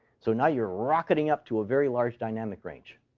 so now you're rocketing up to a very large dynamic range.